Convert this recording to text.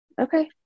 Okay